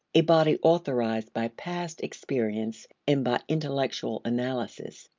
a body authorized by past experience and by intellectual analysis,